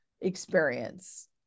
experience